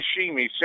sashimi